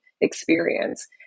experience